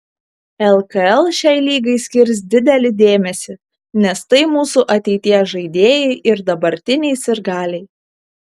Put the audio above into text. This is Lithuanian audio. lkl šiai lygai skirs didelį dėmesį nes tai mūsų ateities žaidėjai ir dabartiniai sirgaliai